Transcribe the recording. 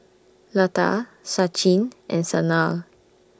Lata Sachin and Sanal